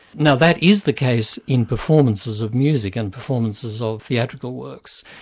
now that is the case in performances of music, and performances of theatrical works,